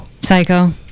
Psycho